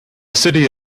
city